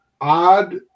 odd